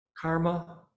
karma